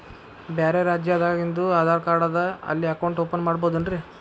ಬ್ಯಾರೆ ರಾಜ್ಯಾದಾಗಿಂದು ಆಧಾರ್ ಕಾರ್ಡ್ ಅದಾ ಇಲ್ಲಿ ಅಕೌಂಟ್ ಓಪನ್ ಮಾಡಬೋದೇನ್ರಿ?